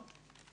"נער",